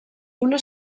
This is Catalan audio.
una